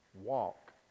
walk